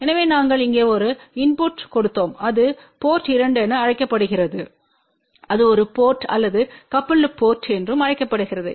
எனவே நாங்கள் இங்கே ஒரு இன்புட்டைக் கொடுத்தோம் இது போர்ட் 2 என அழைக்கப்படுகிறது இது ஒரு போர்ட் அல்லது கபுல்டு போர்ட் என்றும் அழைக்கப்படுகிறது